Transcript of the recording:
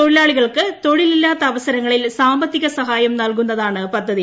തൊഴിലാളികൾക്ക് തൊഴിലില്ലാത്ത അവസരങ്ങളിൽ സാമ്പത്തിക സഹായർ നൽകുന്നതാണ് പദ്ധതി